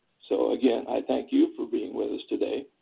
so again, i thank you for being with us today.